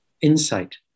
insight